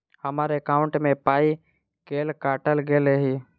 हम्मर एकॉउन्ट मे पाई केल काटल गेल एहि